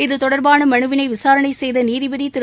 இது தொடர்பான மனுவினை விசாரணை செய்த நீதிபதி திரு